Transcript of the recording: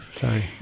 sorry